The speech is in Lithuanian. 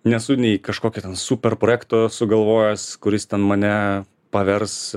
nesu nei kažkokio ten super projekto sugalvojęs kuris ten mane pavers